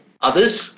others